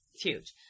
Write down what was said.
Huge